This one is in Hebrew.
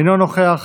אינו נוכח,